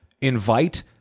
Invite